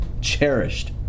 Cherished